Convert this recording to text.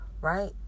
right